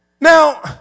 Now